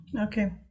okay